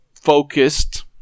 focused